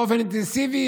באופן אינטנסיבי,